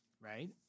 right